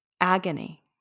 agony